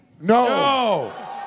No